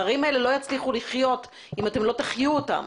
הערים האלה לא יצליחו לחיות אם אתם לא תחיו אותן.